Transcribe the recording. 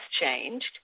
changed